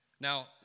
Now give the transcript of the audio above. Now